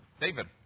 David